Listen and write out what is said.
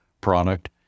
product